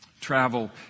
travel